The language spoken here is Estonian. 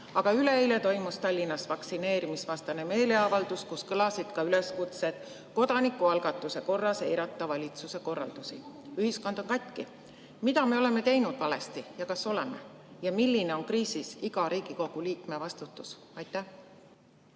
Aga üleeile toimus Tallinnas vaktsineerimisvastane meeleavaldus, kus kõlasid ka üleskutsed kodanikualgatuse korras eirata valitsuse korraldusi. Ühiskond on katki. Mida me oleme teinud valesti ja kas me oleme kriisis? Ja milline on kriisis iga Riigikogu liikme vastutus? Aitäh,